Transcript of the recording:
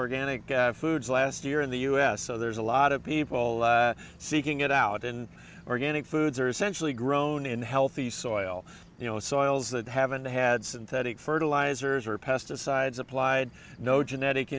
organic foods last year in the u s so there's a lot of people seeking it out and organic foods are essentially grown in healthy soil you know soils that haven't had synthetic fertilizers or pesticides applied no genetic